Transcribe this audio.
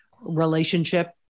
relationship